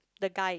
the guy